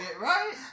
Right